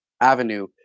avenue